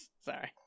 Sorry